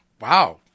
wow